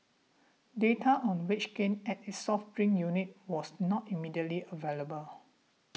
data on wage gains at its soft drink unit was not immediately available